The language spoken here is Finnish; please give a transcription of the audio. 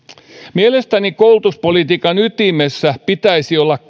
mielestäni koulutuspolitiikan ytimessä pitäisi olla